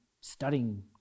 studying